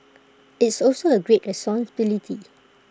it's also A great responsibility